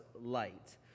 light